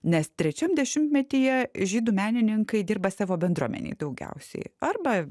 nes trečiam dešimtmetyje žydų menininkai dirba savo bendruomenei daugiausiai arba